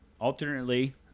alternately